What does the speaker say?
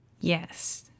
Yes